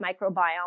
microbiome